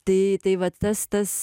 tai tai va tas tas